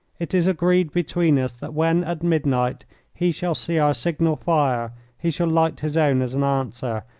it is agreed between us that when at midnight he shall see our signal-fire he shall light his own as an answer,